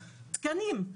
תקנים,